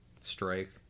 Strike